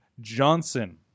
Johnson